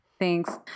Thanks